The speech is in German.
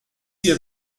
hier